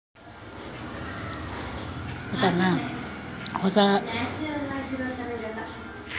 ಹೊಸ ಕಾರು ಖರೀದಿ ಮಾಡಿದಾಗ ಅದರ ಜೊತೆ ತೆರಿಗೆ ಸಹ ಸೇರಿಸಲಾಗಿರುತ್ತದೆ